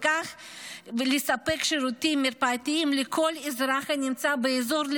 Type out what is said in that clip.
ובכך לספק שירותים מרפאתיים לכל אזרח הנמצא באזור,